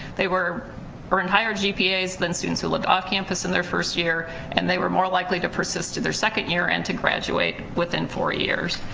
they earned higher gpas than students who lived off campus in their first year and they were more likely to persist to their second year and to graduate within four years.